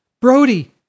Brody